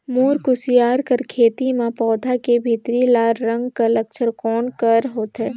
मोर कुसियार कर खेती म पौधा के भीतरी लाल रंग कर लक्षण कौन कर होथे?